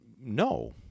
no